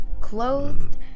Clothed